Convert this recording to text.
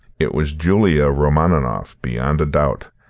it was julia romaninov beyond a doubt,